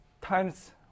times